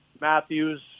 Matthews